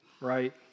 Right